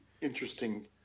interesting